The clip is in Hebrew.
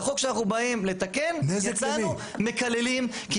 והחוק שאנחנו באים לתקן, יצאנו מקללים.